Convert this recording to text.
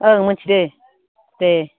औ मोनथिदों दे